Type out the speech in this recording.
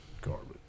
garbage